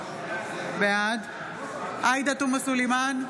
בעד עאידה תומא סלימאן,